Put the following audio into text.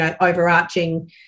overarching